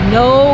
no